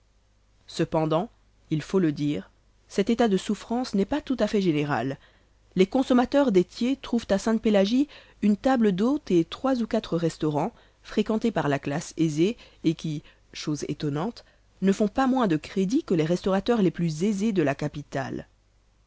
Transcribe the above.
cependant il faut le dire cet état de souffrance n'est pas tout-à-fait général les consommateurs dettiers trouvent à sainte-pélagie une table d'hôte et trois ou quatre restaurans fréquentés par la classe aisée et qui chose étonnante ne font pas moins de crédit que les restaurateurs les plus aisés de la capitale